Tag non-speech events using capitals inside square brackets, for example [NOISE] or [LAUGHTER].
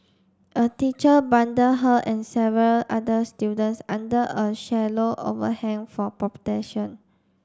a teacher bundled her and several other students under a shallow overhang for [UNINTELLIGIBLE]